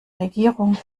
regierung